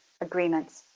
agreements